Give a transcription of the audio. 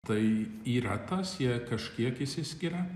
tai yra tas jie kažkiek išsiskiria